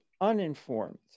uninformed